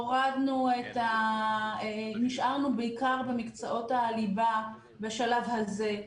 הורדנו, נשארנו בעיקר במקצועות הליבה בשלב הזה.